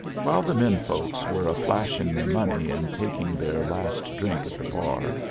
while the men-folks were a-flashing their money and taking their last drink at the bar,